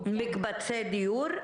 דיור.